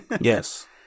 Yes